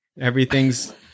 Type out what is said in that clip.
Everything's